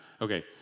okay